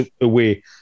away